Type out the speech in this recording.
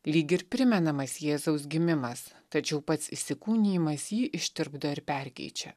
lyg ir primenamas jėzaus gimimas tačiau pats įsikūnijimas jį ištirpdo ir perkeičia